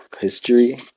History